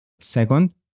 Second